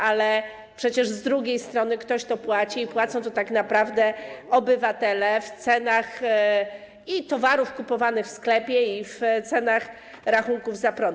Ale przecież z drugiej strony ktoś to płaci, płacą to tak naprawdę obywatele w cenach towarów kupowanych w sklepie i w cenach rachunków za prąd.